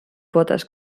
potes